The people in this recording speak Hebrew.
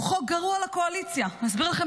הוא חוק גרוע לקואליציה ואני אסביר לכם